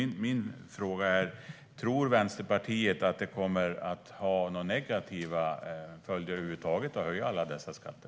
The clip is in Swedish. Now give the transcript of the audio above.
Min fråga är: Tror Vänsterpartiet att det kommer att ha några negativa följder över huvud taget att höja alla dessa skatter?